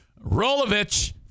Rolovich